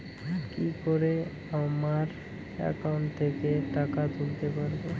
কি করে আমার একাউন্ট থেকে টাকা তুলতে পারব?